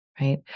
right